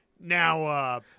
Now –